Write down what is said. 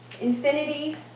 infinity